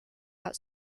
out